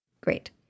Great